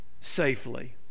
safely